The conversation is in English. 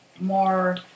more